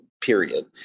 period